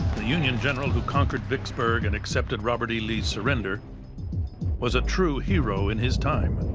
the union general who conquered vicksburg and accepted robert e. lee's surrender was a true hero in his time.